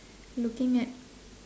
looking at